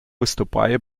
виступає